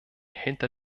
hinter